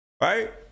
right